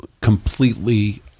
completely